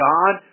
God